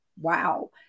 Wow